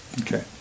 Okay